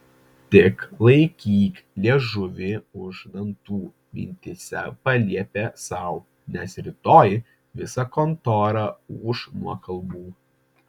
tik laikyk liežuvį už dantų mintyse paliepė sau nes rytoj visa kontora ūš nuo kalbų